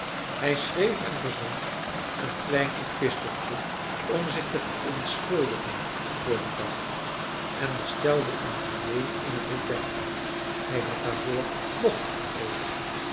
hij schreef en verzond een klein episteltje om zich te verontschuldigen voor dien dag en bestelde een diner in het hotel hij had daarvoor nog een reden